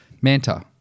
Manta